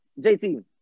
JT